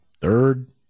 third